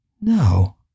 No